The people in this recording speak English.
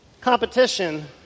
Competition